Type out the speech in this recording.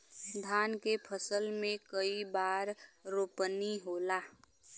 धान के फसल मे कई बार रोपनी होला?